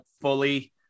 fully